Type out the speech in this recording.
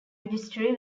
registry